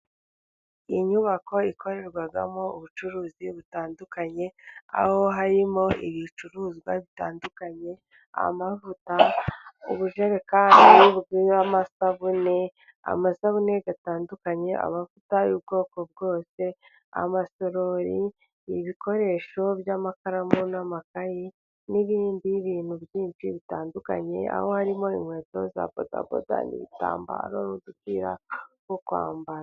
Iyi nyubako ikorerwamo ubucuruzi butandukanye, aho harimo ibicuruzwa bitandukanye: amavuta, ubujerekani bw'amasabune, amasabune atandukanye, amavuta y'ubwoko bwose, amasorori, ibikoresho by'amakaramu n'amakayi n'ibindi bintu byinshi bitandukanye, aho harimo inkweto za bodaboda, ibitambaro n'udupira two kwambara.